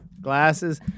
glasses